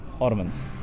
Ottomans